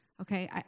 okay